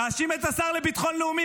תאשים את השר לביטחון לאומי,